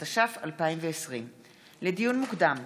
התש"ף 2020. לדיון מוקדם,